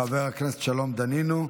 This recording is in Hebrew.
תודה רבה לחבר הכנסת שלום דנינו.